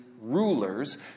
rulers